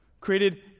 Created